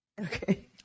Okay